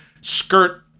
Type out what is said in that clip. skirt